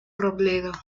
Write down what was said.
robledo